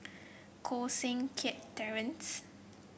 Koh Seng Kiat Terence